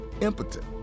impotent